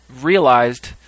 realized